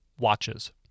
watches